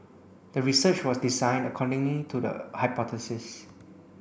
the research was designed accordingly to the hypothesis